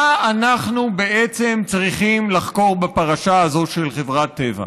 מה אנחנו בעצם צריכים לחקור בפרשה הזאת של חברת טבע?